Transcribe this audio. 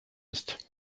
ist